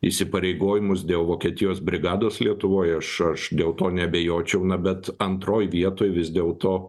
įsipareigojimus dėl vokietijos brigados lietuvoj aš dėl to neabejočiau na bet antroj vietoj vis dėl to